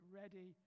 ready